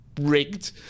rigged